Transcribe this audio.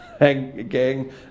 gang